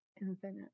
infinite